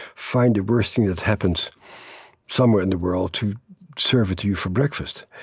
find the worst thing that happens somewhere in the world to serve it to you for breakfast.